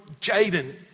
Jaden